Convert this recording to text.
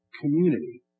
community